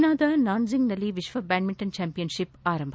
ಚೀನಾದ ನಾನ್ವಿಂಗ್ನಲ್ಲಿ ವಿಶ್ವ ಬ್ಲಾಡ್ಗಿಂಟನ್ ಚಾಂಪಿಯನ್ಷಿಪ್ ಆರಂಭ